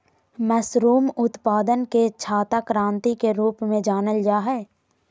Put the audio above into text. mushroom उत्पादन के छाता क्रान्ति के रूप में जानल जाय हइ